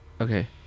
Okay